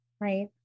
Right